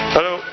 Hello